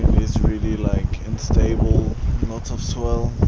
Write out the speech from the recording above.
is really like unstable, lots of swell,